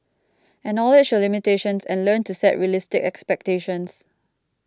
acknowledge your limitations and learn to set realistic expectations